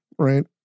Right